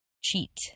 cheat